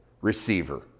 receiver